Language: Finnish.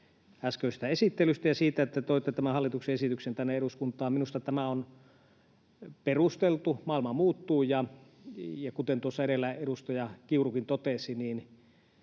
äskeisestä esittelystä ja siitä, että toitte tämän hallituksen esityksen tänne eduskuntaan. Minusta tämä on perusteltu, maailma muuttuu, ja kuten tuossa edellä edustaja Kiurukin totesi, voisin